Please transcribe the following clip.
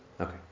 Okay